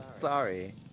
Sorry